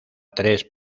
tres